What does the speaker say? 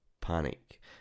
panic